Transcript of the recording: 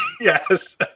Yes